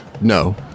No